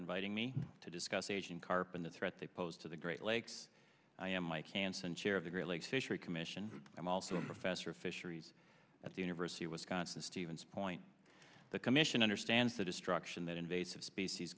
inviting me to discuss asian carp and the threat they pose to the great lakes i am i can send chair of the great lakes fishery commission i'm also a professor of fisheries at the university of wisconsin stevens point the commission understands the destruction that invasive species